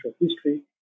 history